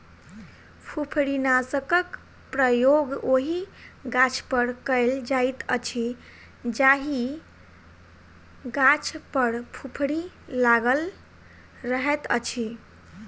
फुफरीनाशकक प्रयोग ओहि गाछपर कयल जाइत अछि जाहि गाछ पर फुफरी लागल रहैत अछि